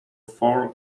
four